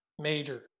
Major